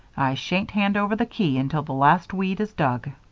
i shan't hand over the key until the last weed is dug.